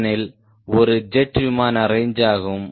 ஏனெனில் அது ஜெட் விமான ரேஞ்ச்சாகும்